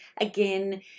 again